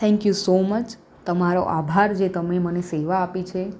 thank you so much તમારો આભાર જે તમે મને સેવા આપી છે